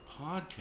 podcast